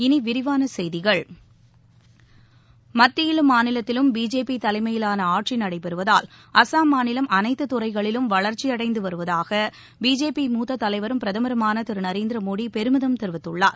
இனி விரிவான செய்திகள் மத்தியிலும் அசாம் மாநிலத்திலும் பிஜேபி தலைமையிலான ஆட்சி நடைபெறுவதால் அசாம் மாநிலம் அனைத்து துறைகளிலும் வளர்ச்சி அடைந்து வருவதாக பிஜேபி மூத்த தலைவரும் பிரதமருமான திரு நரேந்திர மோதி பெருமிதம் தெரிவித்துள்ளார்